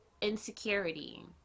insecurity